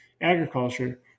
agriculture